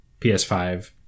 PS5